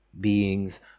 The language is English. beings